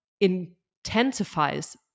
intensifies